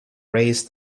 raise